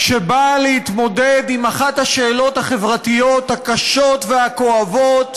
שבאה להתמודד עם אחת השאלות החברתיות הקשות והכואבות